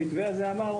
המתווה הזה אמר,